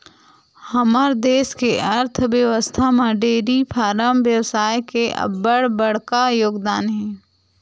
हमर देस के अर्थबेवस्था म डेयरी फारम बेवसाय के अब्बड़ बड़का योगदान हे